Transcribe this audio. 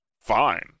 fine